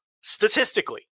statistically